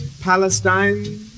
palestine